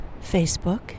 Facebook